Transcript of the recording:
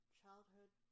childhood